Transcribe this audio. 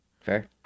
Fair